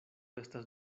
estas